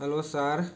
hello sir